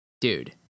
Dude